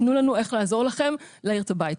תנו לנו איך לעזור לכם להאיר את הבית.